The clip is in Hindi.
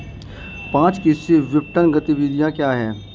पाँच कृषि विपणन गतिविधियाँ क्या हैं?